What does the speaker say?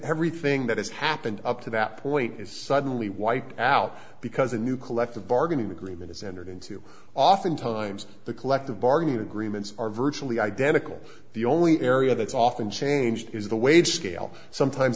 everything that has happened up to that point is suddenly wiped out because a new collective bargaining agreement is entered into often times the collective bargaining agreements are virtually identical the only area that's often changed is the wage scale sometimes